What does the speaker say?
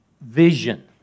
vision